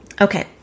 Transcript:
Okay